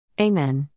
Amen